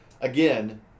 again